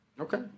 Okay